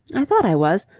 i thought i was.